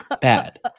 Bad